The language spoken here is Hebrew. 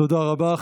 תודה רבה.